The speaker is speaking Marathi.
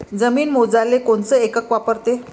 जमीन मोजाले कोनचं एकक वापरते?